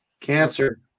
Cancer